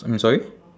I'm sorry